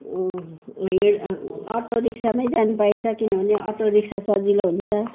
हिँड् auto रिक्सामै जानु पाइन्छ किनभने अटो रिक्सा सजिलो हुन्छ